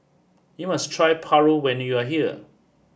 you must try Paru when you are here